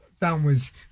downwards